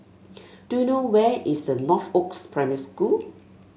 do you know where is the Northoaks Primary School